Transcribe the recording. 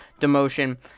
demotion